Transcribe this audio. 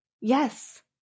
Yes